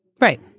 Right